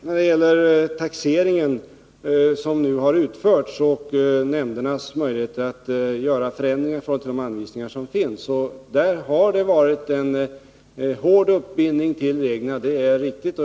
När det gäller den taxering som nu har genomförts och nämndernas möjligheter att göra förändringar i förhållande till de anvisningar som finns, har det varit en hård uppbindning till reglerna.